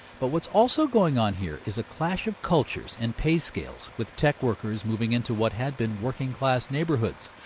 but what's also going on here is a clash of cultures and pay scales with tech workers moving into what had been working class neighborhoods.